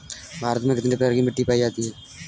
भारत में कितने प्रकार की मिट्टी पायी जाती है?